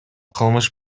кылмыш